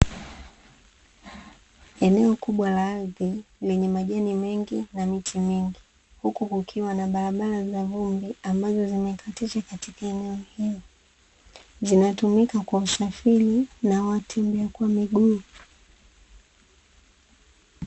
Eneo kubwa la ardhi lenye majani mengi na miti mingi, huku kukiwa na barabara za vumbi ambazo zimekatisha katika eneo hili, zinatumika kwa usafiri na watembea kwa miguu.